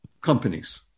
companies